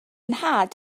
nhad